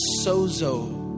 sozo